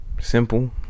simple